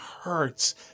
hurts